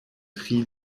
tri